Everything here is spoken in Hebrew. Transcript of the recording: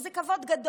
שזה כבוד גדול,